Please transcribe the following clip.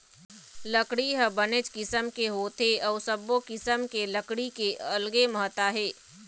लकड़ी ह बनेच किसम के होथे अउ सब्बो किसम के लकड़ी के अलगे महत्ता हे